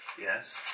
Yes